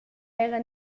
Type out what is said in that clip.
era